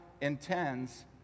intends